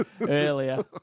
earlier